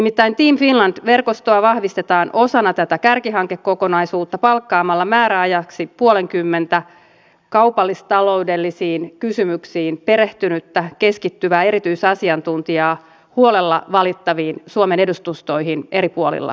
nimittäin team finland verkostoa vahvistetaan osana tätä kärkihankekokonaisuutta palkkaamalla määräajaksi puolenkymmentä kaupallis taloudellisiin kysymyksiin perehtynyttä keskittyvää erityisasiantuntijaa huolella valittaviin suomen edustustoihin eri puolilla maailmaa